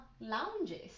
lounges